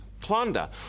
plunder